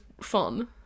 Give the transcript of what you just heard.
fun